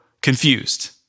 confused